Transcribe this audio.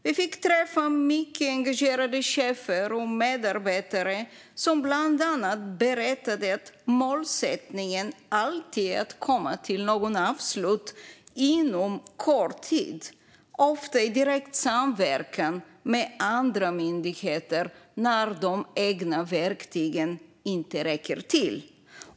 Vi fick träffa mycket engagerade chefer och medarbetare som bland annat berättade att målsättningen alltid är att komma till ett avslut inom kort tid, ofta i direkt samverkan med andra myndigheter när de egna verktygen inte räcker till.